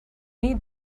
need